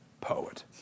poet